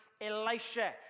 Elisha